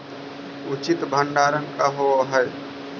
उचित भंडारण का होव हइ?